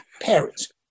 parents